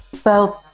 well,